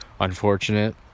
unfortunate